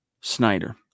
Snyder